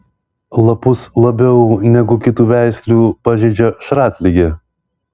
lapus labiau negu kitų veislių pažeidžia šratligė